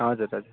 हजुर हजुर